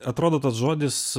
atrodo tas žodis